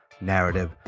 narrative